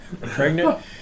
Pregnant